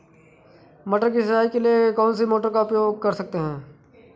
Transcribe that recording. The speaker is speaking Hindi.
मटर की सिंचाई के लिए कौन सी मोटर का उपयोग कर सकते हैं?